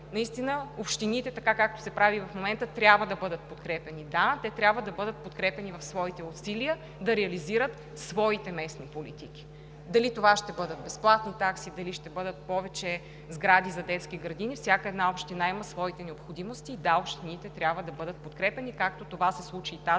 наистина общините, така както се прави и в момента, трябва да бъдат подкрепяни. Да, те трябва да бъдат подкрепяни в усилията си да реализират своите местни политики. Дали това ще бъдат безплатни такси, дали ще бъдат повече сгради за детски градини, всяка една община има своите необходимости, и, да, общините трябва да бъдат подкрепяни, както това се случи и тази